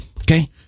Okay